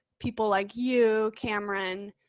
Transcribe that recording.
people like you cameron,